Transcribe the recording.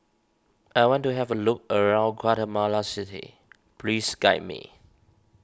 I want to have a look around Guatemala City please guide me